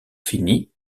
fini